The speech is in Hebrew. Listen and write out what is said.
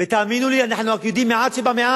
ותאמינו לי, אנחנו יודעים רק מעט שבמעט,